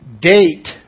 date